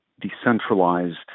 decentralized